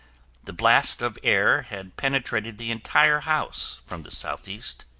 the blast of air had penetrated the entire house from the southeast,